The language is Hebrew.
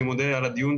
אני מודה על הדיון.